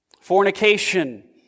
fornication